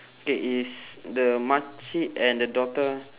K is the makcik and the daughter